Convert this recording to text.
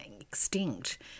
extinct